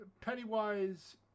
Pennywise